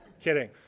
kidding